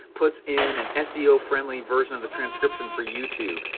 puts in an seo friendly version of the transcription for youtube,